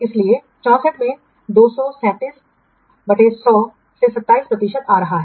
इसलिए 64 में 237 100 में 27 प्रतिशत आ रहा है